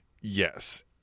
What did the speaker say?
Yes